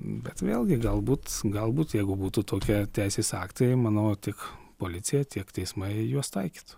bet vėlgi galbūt galbūt jeigu būtų tokie teisės aktai manau tik policija tiek teismai juos taikytų